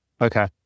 Okay